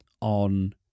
on